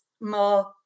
more